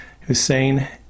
Hussein